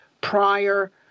prior